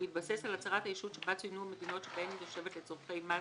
בהתבסס על הצהרת הישות שבה צוינו המדינות שבהן היא תושבת לצורכי מס,